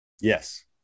Yes